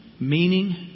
meaning